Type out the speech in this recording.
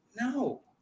No